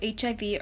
HIV